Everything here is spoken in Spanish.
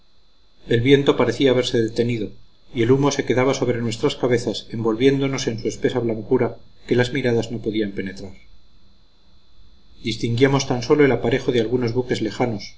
el viento parecía haberse detenido y el humo se quedaba sobre nuestras cabezas envolviéndonos en su espesa blancura que las miradas no podían penetrar distinguíamos tan sólo el aparejo de algunos buques lejanos